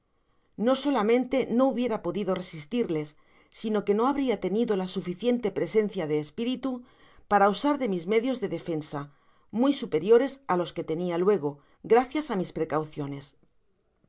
no solamente no hubiera podido resistirles sino que no habria tenido la suficiente presencia de espiritu para usar dé mis medios de defensa mu y superiores á los que tenia luego gracias á mis precaucionese